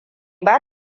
ba